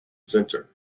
centre